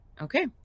Okay